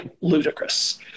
ludicrous